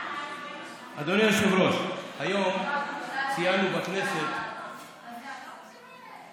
אדוני היושב-ראש, היום ציינו בכנסת